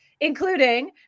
including